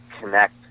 connect